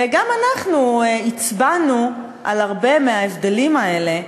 וגם אנחנו הצבענו על הרבה מההבדלים האלה,